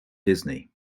disney